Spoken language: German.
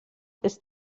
ist